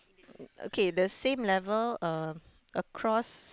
okay the same level um across